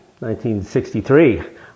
1963